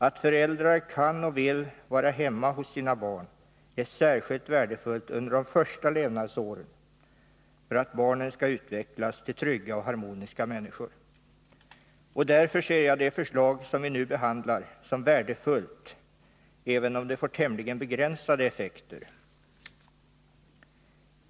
Att föräldrar kan och vill vara hemma hos sina barn är särskilt värdefullt under de första levnadsåren för att barnen skall utvecklas till trygga och harmoniska människor. Därför betraktar jag det förslag vi nu behandlar som värdefullt, även om det får tämligen begränsade effekter.